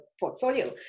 portfolio